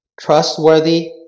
trustworthy